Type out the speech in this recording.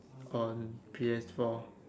on P_S-four